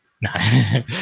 No